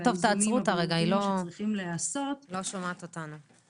תעצרו אותה רגע, היא לא שומעת אותנו.